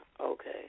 Okay